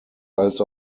als